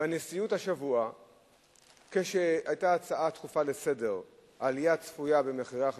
בנשיאות השבוע היתה הצעה דחופה לסדר: העלייה הצפויה במחירי החשמל.